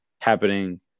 happening